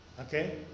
Okay